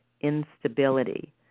instability